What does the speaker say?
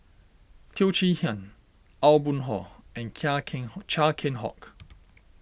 Teo Chee Hean Aw Boon Haw and Keng Hock Chia Keng Hock